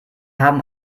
haben